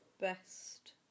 best